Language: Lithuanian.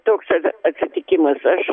toks atsitikimas aš